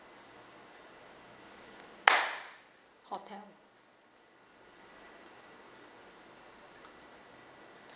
hotel